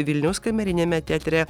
vilniaus kameriniame teatre